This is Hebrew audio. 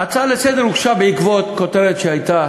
ההצעה לסדר-היום הוגשה בעקבות כותרת שהייתה